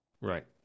Right